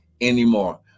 anymore